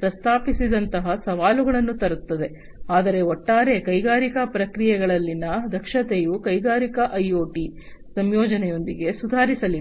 ಪ್ರಸ್ತಾಪಿಸಿದಂತಹ ಸವಾಲುಗಳನ್ನು ತರುತ್ತದೆ ಆದರೆ ಒಟ್ಟಾರೆ ಕೈಗಾರಿಕಾ ಪ್ರಕ್ರಿಯೆಗಳಲ್ಲಿನ ದಕ್ಷತೆಯು ಕೈಗಾರಿಕಾ ಐಒಟಿ ಸಂಯೋಜನೆಯೊಂದಿಗೆ ಸುಧಾರಿಸಲಿದೆ